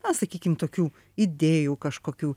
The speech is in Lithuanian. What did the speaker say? na sakykim tokių idėjų kažkokių